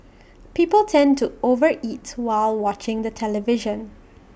people tend to over eat while watching the television